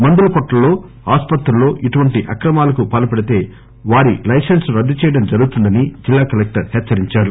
మందుల కొట్లలో ఆసుపత్రుల్లో ఇటువంటి అక్రమాలకు పాల్సడితే వారి లైసెన్సును రద్దు చేయడం జరుగుతుందని జిల్లా కలెక్షర్ హేచ్సరించారు